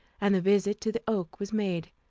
and the visit to the oak was made,